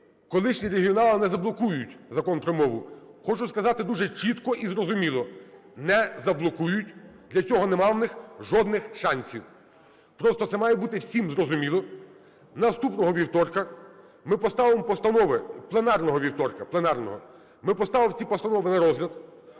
колишні "регіонали" не заблокують Закон про мову. Хочу сказати дуже чітко і зрозуміло: не заблокують, для цього нема в них жодних шансів. Просто це має бути всім зрозуміло: наступного вівторка ми поставимо постанови пленарного вівторка, пленарного, ми поставимо ці постанови на розгляд,